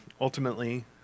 ultimately